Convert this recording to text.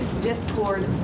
discord